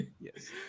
Yes